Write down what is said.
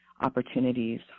opportunities